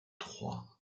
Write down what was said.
trois